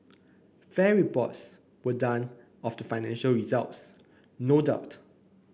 fair reports were done of the financial results no doubt